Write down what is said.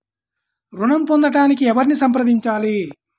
ఋణం పొందటానికి ఎవరిని సంప్రదించాలి?